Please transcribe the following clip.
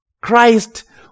Christ